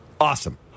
Awesome